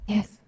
Yes